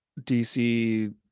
DC